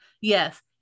Yes